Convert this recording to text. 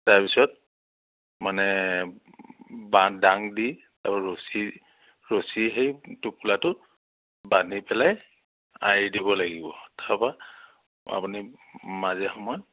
তাৰপিছত মানে বাঁহ দাং দি তলত ৰছী ৰছী সেই টোপোলাটোত বান্ধি পেলাই আঁৰি দিব লাগিব অথবা আপুনি মাজে সময়ে